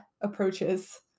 approaches